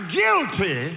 guilty